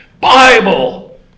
Bible